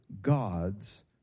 God's